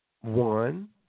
one